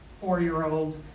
four-year-old